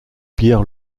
pierre